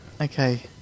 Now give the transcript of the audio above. okay